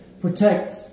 protect